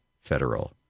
federal